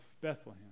Bethlehem